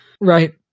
right